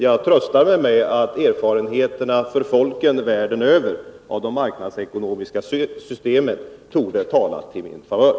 Jag tröstar mig med att erfarenheterna hos folken världen över av de marknadsekonomiska systemen torde tala till min favör.